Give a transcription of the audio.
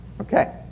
Okay